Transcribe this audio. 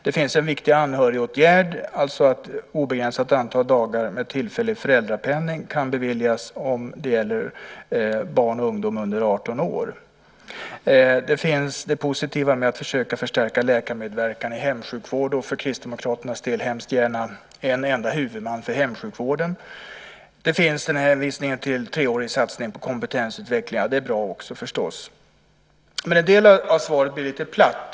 Där finns en viktig anhörigåtgärd - att ett obegränsat antal dagar med tillfällig föräldrapenning kan beviljas om det gäller barn och ungdom under 18 år. Där finns också det positiva med att försöka förstärka läkarmedverkan i hemsjukvård och - något som Kristdemokraterna hemskt gärna ser - detta med en enda huvudman för hemsjukvården. Vidare har vi hänvisningen till en treårig satsning på kompetensutveckling. Det är förstås också bra. Men en del av svaret blir lite platt.